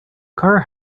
car